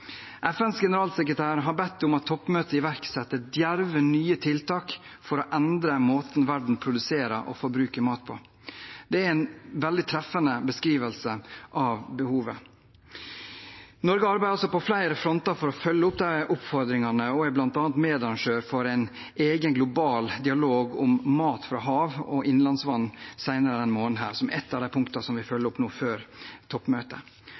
FNs generalsekretær har bedt om at toppmøtet iverksetter djerve nye tiltak for å endre måten verden produserer og forbruker mat på. Det er en veldig treffende beskrivelse av behovet. Norge arbeider på flere fronter for å følge opp de oppfordringene og er bl.a. medarrangør for en egen global dialog om mat fra hav og innlandsvann senere denne måneden, som et av de punktene vi følger opp nå før toppmøtet.